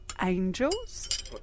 Angels